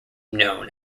known